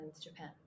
Japan